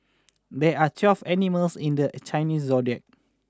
there are twelve animals in the Chinese zodiac